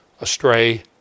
astray